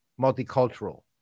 multicultural